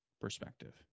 perspective